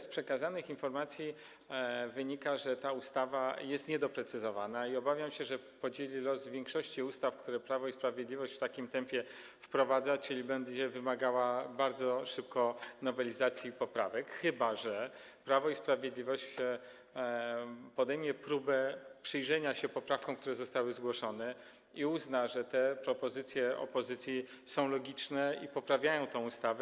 Z przekazanych informacji wynika, że ta ustawa jest niedoprecyzowana, i obawiam się, że podzieli los większości ustaw, które Prawo i Sprawiedliwość w takim tempie wprowadza, czyli będzie wymagała bardzo szybko nowelizacji i poprawek, chyba że Prawo i Sprawiedliwość podejmie próbę przyjrzenia się poprawkom, które zostały zgłoszone, i uzna, że propozycje opozycji są logiczne i poprawiają tę ustawę.